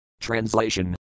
Translation